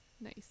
nice